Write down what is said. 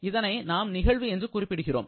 இதனை நாம் நிகழ்வு என்று குறிப்பிடுகிறோம்